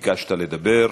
ביקשת לדבר,